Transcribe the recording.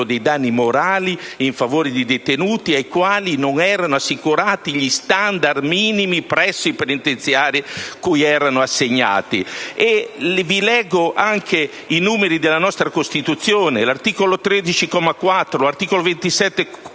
dei danni morali in favore dei detenuti ai quali non erano assicurati gli *standard* minimi presso i penitenziari cui erano assegnati. Vi leggo anche i numeri della nostra Costituzione: articolo 13, comma